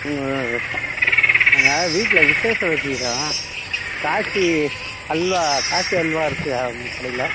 நாங்கள் வீட்டில் விஷேசம் வைச்சிக்கிறோம் காசி அல்வா காசி அல்வா இருக்கா உங்கள் கடையில்